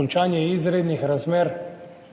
Končanje izrednih razmer,